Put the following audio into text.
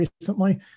recently